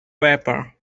paper